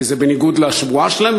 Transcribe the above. כי זה בניגוד לשבועה שלהם,